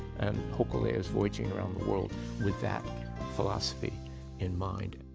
and hokulea is voyaging around the world with that philosophy in mind.